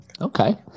Okay